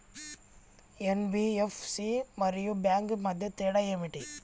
NBFC మరియు bank మధ్య తేడా ఏమిటీ?